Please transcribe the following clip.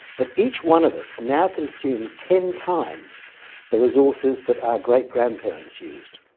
but each one of us now consumes ten times the resources that our great grandparents used.